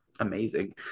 Amazing